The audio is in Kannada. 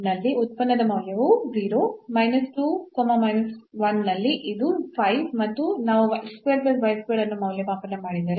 ನಲ್ಲಿ ಉತ್ಪನ್ನದ ಮೌಲ್ಯವು 0 ನಲ್ಲಿ ಇದು 5 ಮತ್ತು ನಾವು ಅನ್ನು ಮೌಲ್ಯಮಾಪನ ಮಾಡಿದರೆ